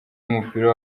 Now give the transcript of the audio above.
w’umupira